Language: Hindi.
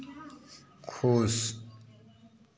खुश